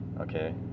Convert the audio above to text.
okay